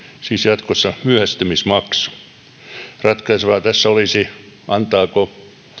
siis jatkossa myöhästymismaksu ratkaisevaa tässä olisi antaako